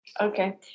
Okay